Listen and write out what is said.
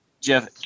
Jeff –